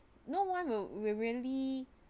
no one will really